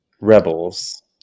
Rebels